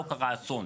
לא קרה אסון.